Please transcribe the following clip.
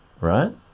Right